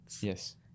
Yes